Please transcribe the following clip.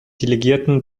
delegierten